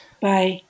bye